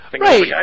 Right